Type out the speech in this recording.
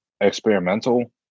Experimental